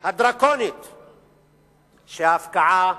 הדרקונית שההפקעה,